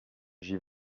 j’y